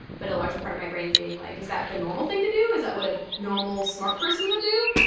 but a larger part of my brain was like is that the normal thing to do? is that what a normal smart person would do,